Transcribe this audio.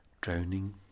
drowning